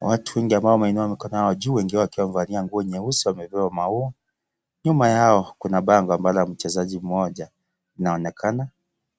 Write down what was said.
Watu wengi ambao wameinua mikono yao juu wengine wamevalia nguo nyeusi wamebeba maua. Nyuma yao kuna bango ambalo mchezaji mmoja anaonekana,